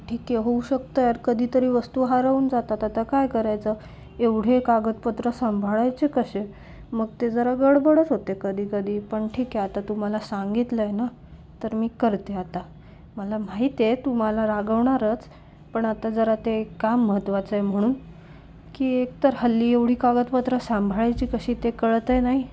ठीक आहे होऊ शकतं यार कदीतरी वस्तू हरवून जातात आता काय करायचं एवढे कागदपत्र सांभाळायचे कसे मग ते जरा गडबडच होते कधीकधी पण ठीक आहे आता तु मला सांगितलंय ना तर मी करते आता मला माहिती आहे तु मला रागवणारच पण आता जरा ते काम महत्त्वाचंय म्हणून की एक तर हल्ली एवढी कागदपत्र सांभाळायची कशी ते कळतंय नाही